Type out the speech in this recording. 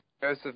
Joseph